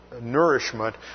nourishment